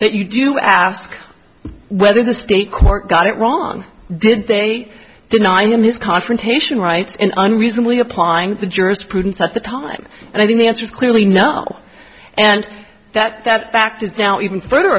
that you do ask whether the state court got it wrong did they deny him his confrontation rights in unreasonably applying the jurisprudence at the time and i think the answer is clearly no and that that fact is now even further